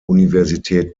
universität